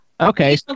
Okay